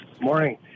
Morning